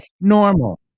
normal